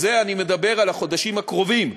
אני מדבר על החודשים הקרובים,